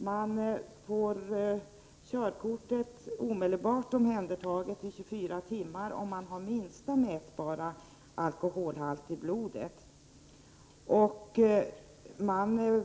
En yrkesförare får omedelbart körkortet omhändertaget i 24 timmar om han har den minsta mätbara alkoholhalt i blodet. I USA